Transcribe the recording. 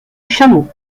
chameau